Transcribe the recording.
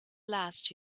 last